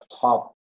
top